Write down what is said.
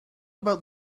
about